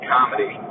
Comedy